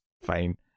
fine